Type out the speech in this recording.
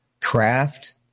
craft